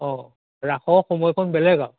অঁ ৰাসৰ সময়কন বেলেগ আৰু